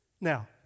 Now